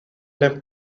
left